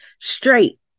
straight